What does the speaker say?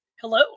Hello